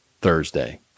Thursday